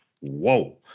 whoa